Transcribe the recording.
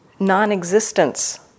non-existence